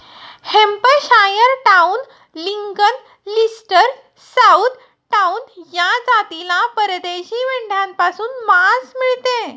Hampshire town, Lincoln, Leicester, south town या जातीला परदेशी मेंढ्यांपासून मांस मिळते